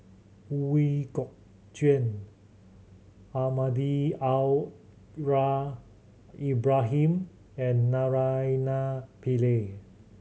We Kok Chuen Almahdi Al Ra Ibrahim and Naraina Pillai